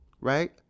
right